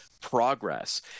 Progress